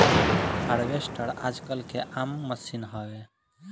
harvester आजकल के आम मसीन हवे